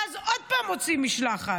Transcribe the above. ואז עוד פעם הוציא משלחת.